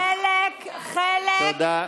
תודה.